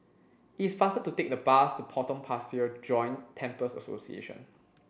it's faster to take the bus to Potong Pasir Joint Temples Association